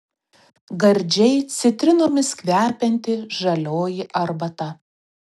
gardžiai citrinomis kvepianti žalioji arbata